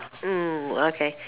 mm okay